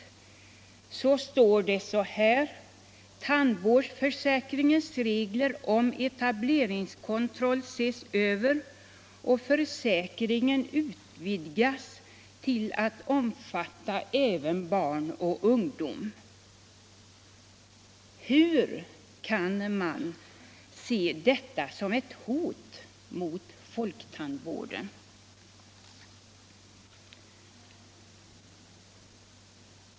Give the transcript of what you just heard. står det bl.a.: ”Tandvårdsförsäkringens regler om ctableringskontroll ses över och försäkringen utvidgas till att omfatta även barn och ungdom.” Hur kan herr Aspling se detta som ett hot mot folktandvården?